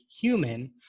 human